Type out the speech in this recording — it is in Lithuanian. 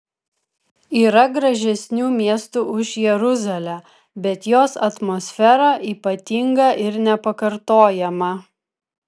yra gražesnių miestų už jeruzalę bet jos atmosfera ypatinga ir nepakartojama